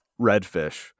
redfish